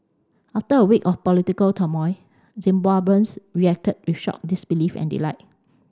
after a week of political turmoil Zimbabweans reacted with shock disbelief and delight